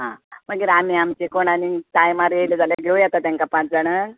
मागीर आमी आमचे कोणाले टायमार आयली जाल्यार घेवया तांकां पांच जाणांक